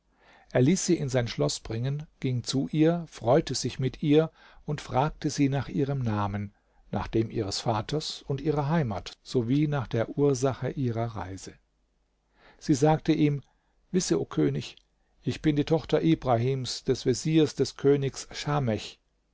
er ließ sie in sein schloß bringen ging zu ihr freute sich mit ihr und fragte sie nach ihrem namen nach dem ihres vaters und ihrer heimat sowie nach der ursache ihrer reise sie sagte ihm wisse o könig ich bin die tochter ibrahims des veziers des königs schamech